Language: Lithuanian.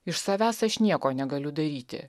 iš savęs aš nieko negaliu daryti